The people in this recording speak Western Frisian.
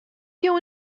jûn